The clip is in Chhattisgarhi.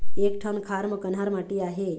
एक ठन खार म कन्हार माटी आहे?